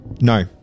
No